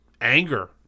anger